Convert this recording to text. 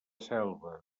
selva